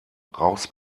raus